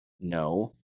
No